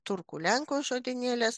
turkų lenkų žodynėlis